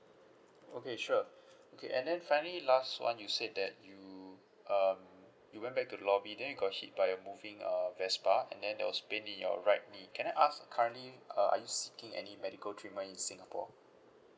okay sure okay and then finally last one you said that you um you went back to the lobby then you got hit by a moving uh vespa and then there was pain in your right knee can I ask currently uh are you seeking any medical treatment in singapore